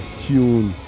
tune